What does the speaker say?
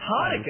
Hanukkah